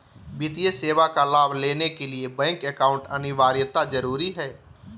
वित्तीय सेवा का लाभ लेने के लिए बैंक अकाउंट अनिवार्यता जरूरी है?